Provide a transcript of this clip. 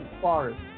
forest